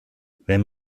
wenn